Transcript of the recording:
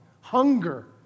hunger